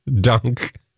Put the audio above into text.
dunk